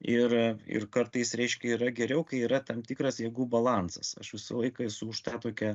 ir ir kartais reiškia yra geriau kai yra tam tikras jėgų balansas aš visą laiką esu už tą tokią